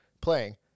playing